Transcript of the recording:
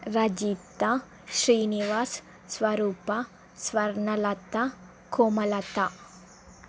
Rajitha Srinivas Swarupa Swarnalatha Komalatha